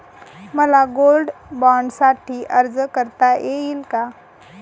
मला गोल्ड बाँडसाठी अर्ज करता येईल का?